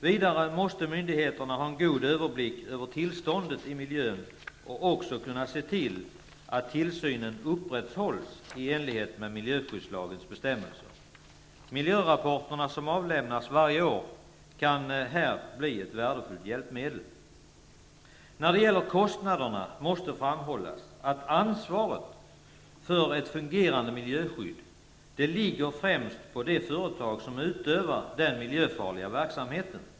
Vidare måste myndigheterna ha en god överblick över tillståndet i miljön och också kunna se till att tillsynen upprätthålls i enlighet med miljöskyddslagens bestämmelser. Miljörapporterna, som avlämnas varje år, kan i detta sammanhang bli ett värdefullt hjälpmedel. När det gäller kostnaderna måste framhållas att ansvaret för ett fungerande miljöskydd främst ligger på det företag som utövar den miljöfarliga verksamheten.